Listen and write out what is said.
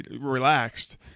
relaxed